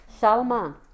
Salman